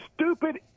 stupid